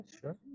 sure